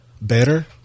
better